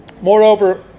Moreover